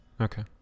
Okay